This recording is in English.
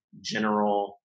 general